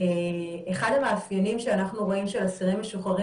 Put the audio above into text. אחד המאפיינים שאנחנו רואים של אסירים משוחררים